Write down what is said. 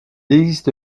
existe